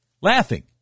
Laughing